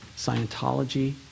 Scientology